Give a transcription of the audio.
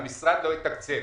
המשרד לא יתקצב".